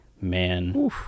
man